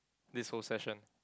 this whole session